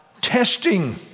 testing